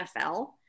NFL